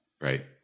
right